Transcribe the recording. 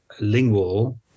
lingual